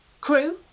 Crew